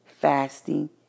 fasting